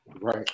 Right